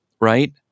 right